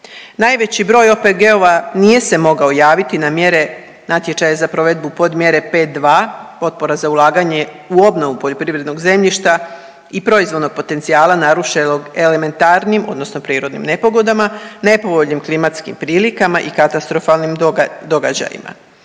Najveći broj OPG-ova nije se mogao javiti na mjere natječaja za provedbu podmjere 5.2 potpora za ulaganja u obnovu poljoprivrednog zemljišta i proizvodnog potencijala narušenog elementarnim odnosno prirodnim nepogodama, nepovoljnim klimatskim prilikama i katastrofalnim događajima,